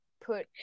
put